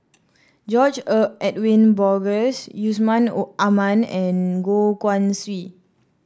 George Edwin Bogaars Yusman Aman and Goh Guan Siew